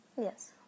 Yes